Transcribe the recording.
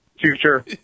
future